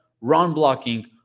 run-blocking